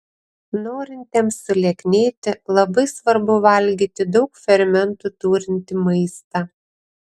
norintiems sulieknėti labai svarbu valgyti daug fermentų turintį maistą